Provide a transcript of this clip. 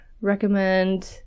recommend